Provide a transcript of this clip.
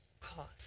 cost